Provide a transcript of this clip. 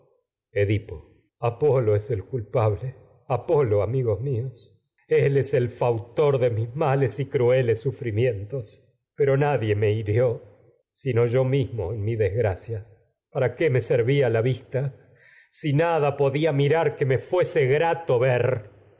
edipo apolo él es es el culpable y apolo amigos míos el fautor de me mis males crueles sufrimientos pero en nadie hirió sino yo mismo mi desgracia para qué me servia la vista si nada podía mirar que me fuese grato ver